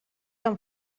han